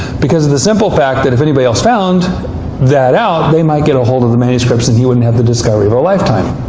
because of the simple fact that if anybody else found that out, they might get hold of the manuscripts and he wouldn't have the discovery of a lifetime.